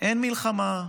אין מלחמה,